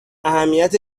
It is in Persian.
اهمیت